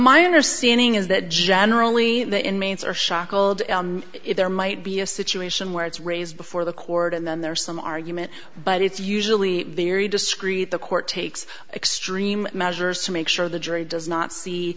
my understanding is that generally the inmates are shocked if there might be a situation where it's raised before the court and then there's some argument but it's usually very discreet the court takes extreme measures to make sure the jury does not see